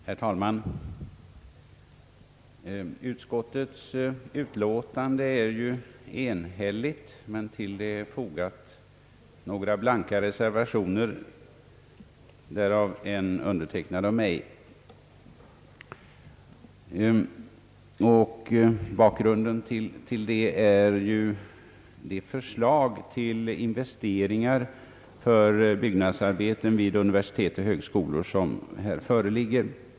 Herr talman! Utskottets utlåtande är enhälligt, men till detsamma är fogade några blanka reservationer, därav en undertecknad av mig. Bakgrunden härtill är det förslag till investeringar för byggnadsarbeten vid universitet och högskolor som här föreligger.